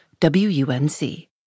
WUNC